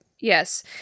Yes